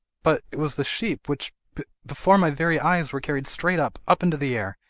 but it was the sheep, which, be before my very eyes, were carried straight up up into the air.